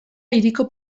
hiriko